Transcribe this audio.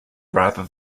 rather